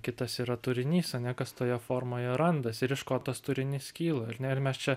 kitas yra turinys ane kas toje formoje randasi ir iš ko tas turinys kyla ar ne ir mes čia